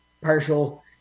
partial